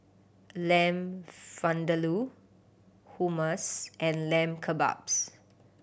Lamb Vindaloo Hummus and Lamb Kebabs